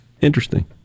Interesting